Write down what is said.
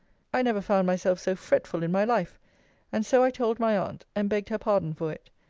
i never found myself so fretful in my life and so i told my aunt and begged her pardon for it.